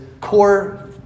core